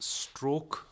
stroke